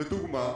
לדוגמה,